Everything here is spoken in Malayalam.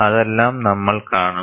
അതെല്ലാം നമ്മൾ കാണും